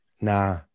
Nah